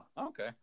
Okay